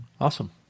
Awesome